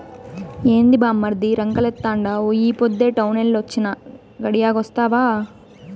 ఏంది బామ్మర్ది రంకెలేత్తండావు ఈ పొద్దే టౌనెల్లి వొచ్చినా, గడియాగొస్తావా